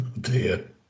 Dear